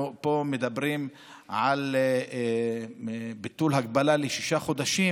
מדברים פה על ביטול ההגבלה לשישה חודשים,